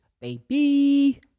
baby